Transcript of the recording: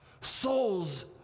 Souls